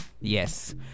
yes